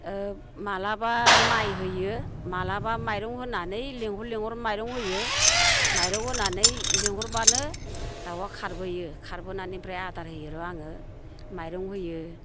माब्लाबा माइ होयो माब्लाबा माइरं होनानै लेंहर लेंहर माइरं होयो माइरं होनानै लेंहरबानो दाउवा खारबोयो खारबोनानै ओमफ्राय आदार होयोर' आङो माइरं होयो